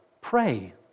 pray